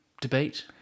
debate